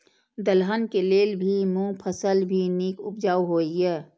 दलहन के लेल भी मूँग फसल भी नीक उपजाऊ होय ईय?